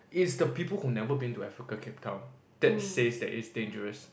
it's the people who never been to Africa Cape Town that says that it's dangerous